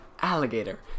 Alligator